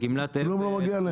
כלום לא מגיע להם?